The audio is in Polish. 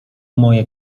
moje